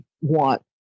want